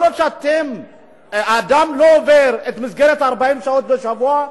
כל עוד אדם לא עובר את מסגרת 40 השעות בשבוע,